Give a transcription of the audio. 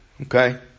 Okay